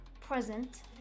present